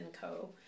Co